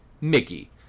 Mickey